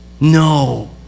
No